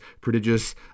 prodigious